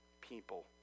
people